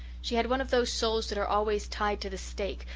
she had one of those souls that are always tied to the stake,